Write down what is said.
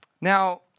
Now